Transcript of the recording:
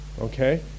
Okay